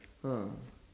uh